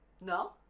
No